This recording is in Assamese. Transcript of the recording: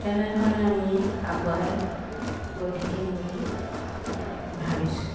তেনেধৰণে আমি আগুৱাই গৈ থাকিম বুলি ভাবিছো